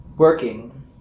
Working